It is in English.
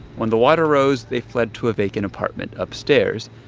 when the water rose, they fled to a vacant apartment upstairs.